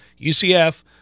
UCF